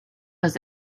was